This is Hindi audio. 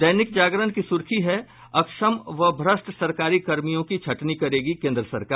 दैनिक जागरण की सुर्खी है अक्षम व भ्रट सरकारी कर्मियों की छंटनी करेगी केन्द्र सरकार